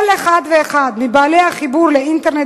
כל אחד ואחד מבעלי החיבור לאינטרנט